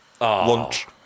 Lunch